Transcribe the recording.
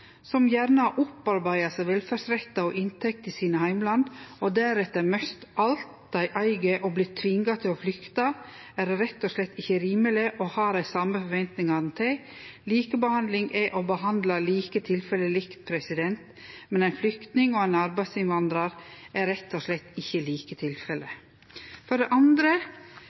gjerne har opparbeidd seg velferdsrettar og inntekter i sine heimland og deretter mista alt dei eig og vorte tvinga til å flykte, er det rett og slett ikkje rimeleg å ha dei same forventningane til. Likebehandling er å behandle like tilfelle likt, men ein flyktning og ein arbeidsinnvandrar er rett og slett ikkje like tilfelle. For det andre